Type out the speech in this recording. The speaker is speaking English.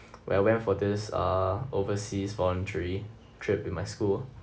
when I went for this uh overseas voluntary trip with my school